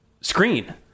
screen